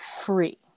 free